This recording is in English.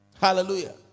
Hallelujah